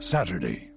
Saturday